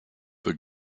the